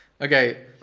Okay